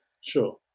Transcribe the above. Sure